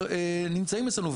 מאשר נמצאים אצלנו.